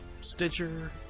Stitcher